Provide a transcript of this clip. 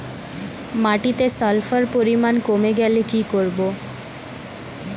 মাটিতে সালফার পরিমাণ কমে গেলে কি করব?